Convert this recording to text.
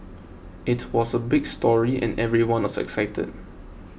it was a big story and everyone was excited